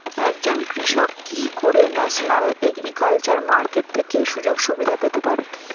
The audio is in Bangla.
একজন কৃষক কি করে ন্যাশনাল এগ্রিকালচার মার্কেট থেকে সুযোগ সুবিধা পেতে পারে?